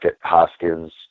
Hoskins